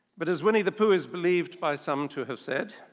but as winnie the pooh is believed by some to have said,